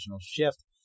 shift